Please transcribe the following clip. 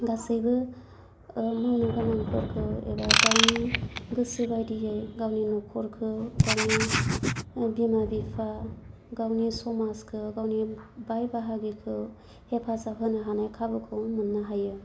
गासैबो मावनो गोनांफोरखौ एबा गावनि गोसो बायदियै गावनि नखरखौ गावनि बिमा बिफा गावनि समाजखो गावनि बाय बाहागिखौ हेफाजाब होनो हानाय खाबुखौ मोननो हायो